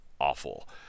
awful